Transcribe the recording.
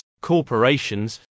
corporations